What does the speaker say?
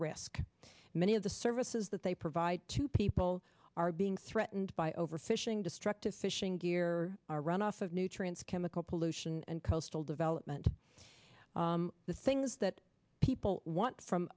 risk many of the services that they provide to people are being threatened by overfishing destructive fishing gear are run off of nutrients chemical pollution and coastal development the things that people want from